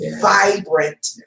vibrant